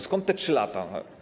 Skąd te 3 lata?